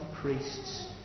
priests